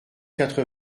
quatre